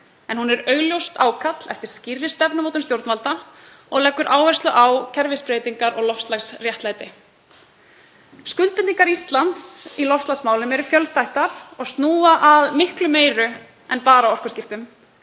en hún er augljóst ákall eftir skýrri stefnumótun stjórnvalda og leggur áherslu á kerfisbreytingar og loftslagsréttlæti. Skuldbindingar Íslands í loftslagsmálum eru fjölþættar og snúa að miklu meiru en bara orkuskiptum.